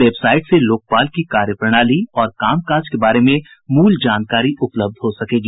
website से लोकपाल की कार्यप्रणाली और कामकाज के बारे में मूल जानकारी उपलब्ध हो सकेगी